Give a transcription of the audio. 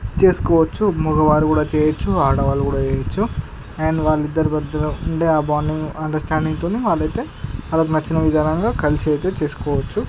చేసుకోవవచ్చు మగవారు కూడా చేయవచ్చు అండ్ వాళ్ళ ఇద్దరూ మధ్యలో ఉండే ఆ బాండింగ్ అండర్స్టాండింగ్తోని వాళ్ళు అయితే వాళ్ళకు నచ్చిన విధానంగా కలిసి చేసుకోవచ్చు అండ్ మనకు కావలసినట్టుగా మనకు నచ్చిన విధానంలో కలసి అయితే చేసుకోవచ్చు